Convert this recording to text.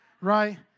right